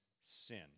sin